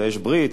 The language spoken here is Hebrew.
יש ברית,